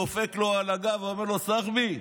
דופק לו על הגב ואומר לו: סחבי,